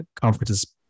conferences